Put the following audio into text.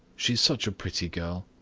she is such a pretty girl.